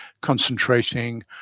concentrating